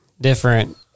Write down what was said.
different